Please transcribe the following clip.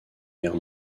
guerre